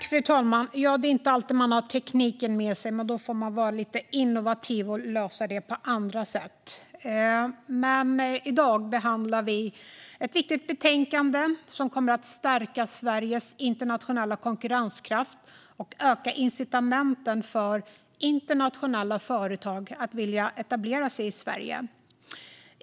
Fru talman! I dag behandlar vi ett viktigt betänkande som kommer att stärka Sveriges internationella konkurrenskraft och öka incitamenten för internationella företag att vilja etablera sig i Sverige.